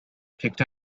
picked